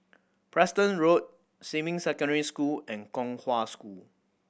Preston Road Xinmin Secondary School and Kong Hwa School